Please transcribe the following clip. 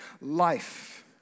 life